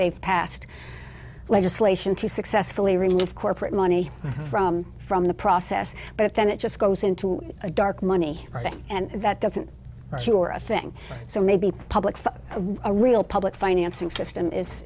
they've passed legislation to successfully remove corporate money from in the process but then it just goes into a dark money thing and that doesn't your thing so maybe public for a real public financing system is